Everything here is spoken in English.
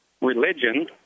religion